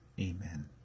amen